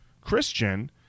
Christian